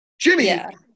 Jimmy